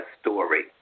story